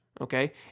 okay